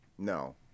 No